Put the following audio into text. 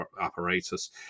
apparatus